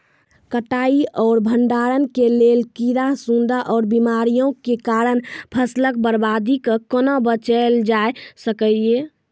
कटाई आर भंडारण के लेल कीड़ा, सूड़ा आर बीमारियों के कारण फसलक बर्बादी सॅ कूना बचेल जाय सकै ये?